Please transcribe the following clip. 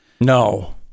No